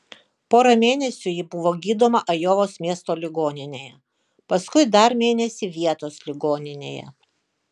porą mėnesių ji buvo gydoma ajovos miesto ligoninėje paskui dar mėnesį vietos ligoninėje